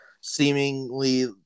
seemingly